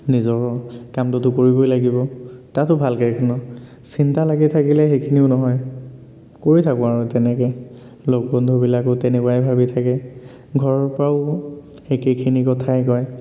নিজৰ কামটোতো কৰিবই লাগিব তাতো ভালকৈ কোনো চিন্তা লাগি থাকিলে সেইখিনিও নহয় কৰি থাকোঁ আৰু তেনেকেই লগ বন্ধুবিলাকেও তেনেকুৱাই ভাবি থাকে ঘৰৰ পৰাও একেখিনি কথাই কয়